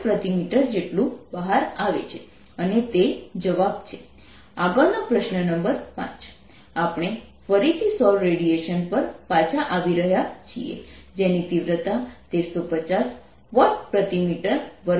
0×4π Vm 2×1350×4π×9×1093×108 ≅103 Vm આગળનો પ્રશ્ન નંબર 5 આપણે ફરીથી સૌર રેડિયેશન પર પાછા આવી રહ્યા છીએ જેની તીવ્રતા 1350 વોટ પ્રતિ મીટર વર્ગ છે